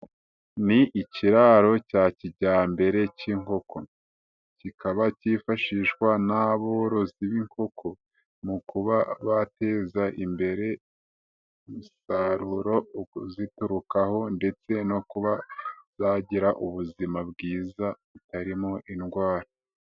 Ni ikiraro cya kijyambere cy'inkoko, kikaba cyifashishwa n'aborozi b'inkoko mu kuba bateza imbere umusaruro uziturukaho ndetse no kuba zagira ubuzima bwiza butarimo indwara,